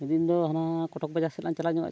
ᱛᱮᱦᱮᱧ ᱫᱚ ᱦᱟᱱᱟ ᱠᱚᱴᱚᱠ ᱵᱟᱡᱟᱨ ᱥᱮᱫ ᱞᱟᱝ ᱪᱟᱞᱟᱣ ᱧᱚᱜᱼᱟ